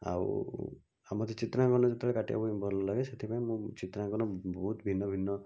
ଆଉ ଆଉ ମୋତେ ଚିତ୍ରାଙ୍କନ ଯେତେବେଳେ କାଟିବା ପାଇଁ ଭଲ ଲାଗେ ସେଥିପାଇଁ ମୁଁ ଚିତ୍ରାଙ୍କନ ବହୁତ ଭିନ୍ନ ଭିନ୍ନ